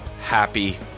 happy